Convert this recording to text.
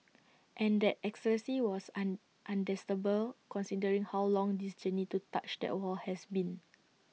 and that ecstasy was on understandable considering how long this journey to touch that wall has been